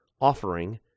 offering